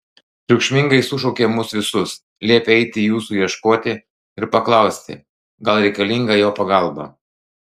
triukšmingai sušaukė mus visus liepė eiti jūsų ieškoti ir paklausti gal reikalinga jo pagalba